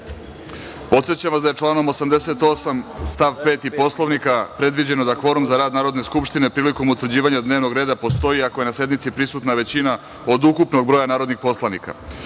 vas da je članom 88. stav 5. Poslovnika predviđeno da kvorum za rad Narodne skupštine prilikom utvrđivanja dnevnog reda postoji ako je na sednici prisutna većina od ukupnog broja narodnih poslanika. Radi